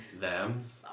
them's